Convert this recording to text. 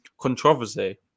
controversy